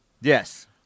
Yes